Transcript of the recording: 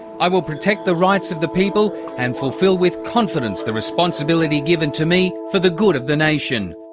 i will protect the rights of the people and fulfil with confidence the responsibility given to me for the good of the nation.